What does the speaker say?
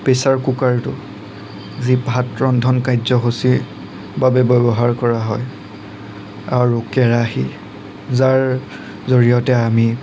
pressure কুকাৰটো যি ভাত ৰন্ধন কাৰ্যসূচীৰ বাবে ব্যৱহাৰ কৰা হয় আৰু কেৰাহী যাৰ জৰিয়তে আমি